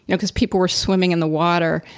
you know because people were swimming in the water.